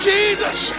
Jesus